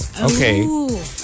Okay